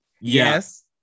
Yes